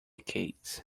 case